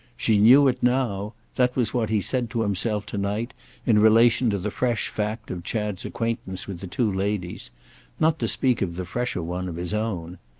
she knew it now that was what he said to himself to-night in relation to the fresh fact of chad's acquaintance with the two ladies not to speak of the fresher one of his own.